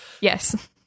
Yes